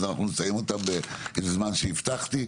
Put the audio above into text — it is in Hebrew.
אז אנחנו נסיים אותן בזמן שהבטחתי.